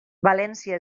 valència